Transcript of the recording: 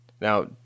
Now